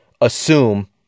assume